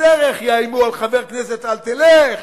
בדרך יאיימו על חבר כנסת: אל תלך,